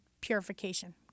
purification